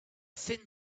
thin